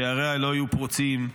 שעריה לא יהיו פרוצים,